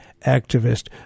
activist